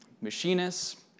Machinists